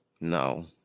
No